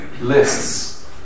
lists